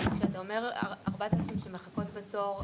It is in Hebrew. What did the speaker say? כשאתה אומר 4,000 שמחכות בתור,